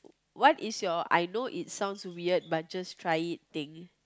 what is your I know it sounds weird but just try it thing